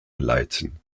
leiten